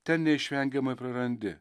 ten neišvengiamai prarandi